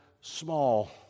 Small